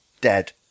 dead